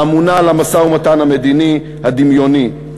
האמונה על המשא-ומתן המדיני הדמיוני.